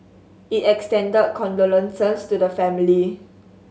it extended condolences to the family